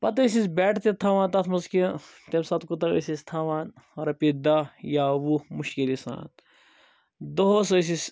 پَتہٕ ٲسۍ أسۍ بیٹ تہِ تھاوان تتھ مَنٛز کہِ تمہِ ساتہٕ کوتاہ ٲسۍ أسۍ تھاوان رۄپیہ دٔہ یا وُہ مُشکِلی سان دۄہَس ٲسۍ أسۍ